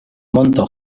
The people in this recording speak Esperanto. monto